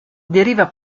deriva